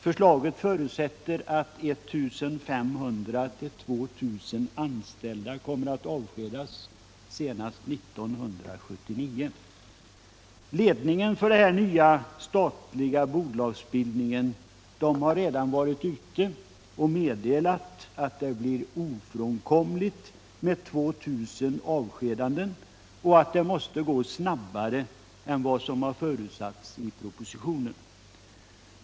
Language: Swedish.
Förslaget förutsätter att 1 500-2 000 anställda kommer att avskedas senast 1979. Ledningen för den nya statliga bolagsbildningen har redan varit ute och meddelat att det blir ofrånkomligt med 2 000 avskedanden och att det måste gå snabbare än vad som har förutsatts i propositionen.